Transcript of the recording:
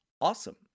Awesome